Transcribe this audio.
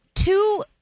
two